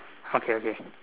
okay okay